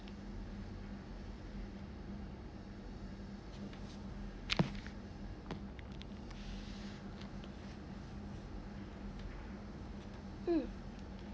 mm